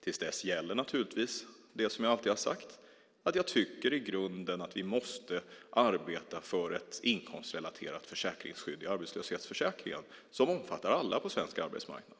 Till dess gäller naturligtvis det som jag alltid har sagt, nämligen att jag i grunden tycker att vi måste arbeta för ett inkomstrelaterat försäkringsskydd i arbetslöshetsförsäkringen som omfattar alla på svensk arbetsmarknad.